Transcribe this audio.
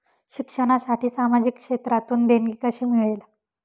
शिक्षणासाठी सामाजिक क्षेत्रातून देणगी कशी मिळेल?